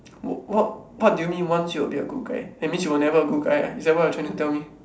what what what do you mean once you will be a good guy that means you were never a good guy ah is that what you are trying to tell me